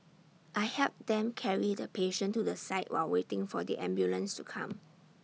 I helped them carry the patient to the side while waiting for the ambulance to come